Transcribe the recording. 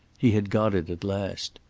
he had got it at last.